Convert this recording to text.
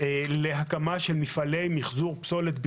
להקמה של מפעלי פסולת מחזור